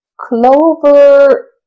Clover